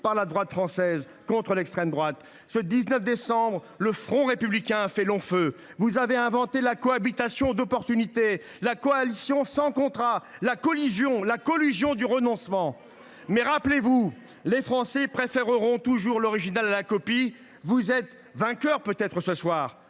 par la droite française contre l’extrême droite. Ce 19 décembre, le front républicain a fait long feu. Vous avez inventé la cohabitation d’opportunité, la coalition sans contrat, la collusion du renoncement ! Mais rappelez vous, les Français préféreront toujours l’original à la copie. Vous êtes peut être vainqueurs ce soir,